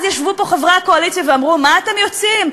אז ישבו פה חברי הקואליציה ואמרו: מה אתם יוצאים?